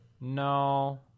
No